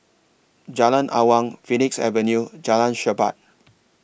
Jalan Awang Phoenix Avenue Jalan Chermat